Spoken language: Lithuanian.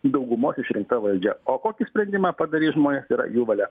daugumos išrinkta valdžia o kokį sprendimą padarys žmonės yra jų valia